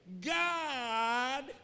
God